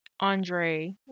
Andre